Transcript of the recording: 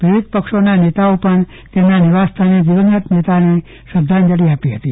વિવિધ પક્ષોના નેતાઓ પણ તેમના નિવાસસ્થાને દિવંગત નેતાને શ્રદ્વાંજલી આપી હતી